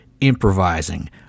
improvising